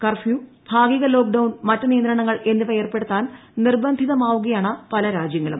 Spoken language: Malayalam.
കർഫ്യൂ ഭാഗിക ലോക്ക്ഡൌൺ മറ്റു നിയന്ത്രണങ്ങൾ എന്നിവ ഏർപ്പെടുത്താൻ നിർബന്ധിതമാവുകയാണ് പലരാജ്യങ്ങളും